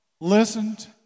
listened